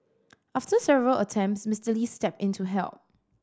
after several attempts Mister Lee stepped in to help